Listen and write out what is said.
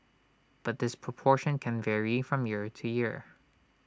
but this proportion can vary from year to year